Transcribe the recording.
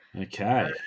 Okay